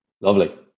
Lovely